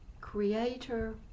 creator